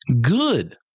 good